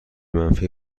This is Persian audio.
منفی